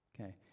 okay